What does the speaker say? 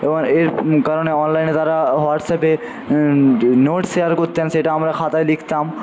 এবং এর কারণে অনলাইনের দ্বারা অয়াটসঅ্যাপে নোটস শেয়ার করতাম সেটা আমরা খাতায় লিখতাম